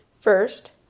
First